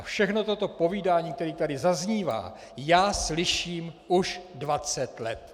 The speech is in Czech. Všechno toto povídání, které tady zaznívá, já slyším už dvacet let.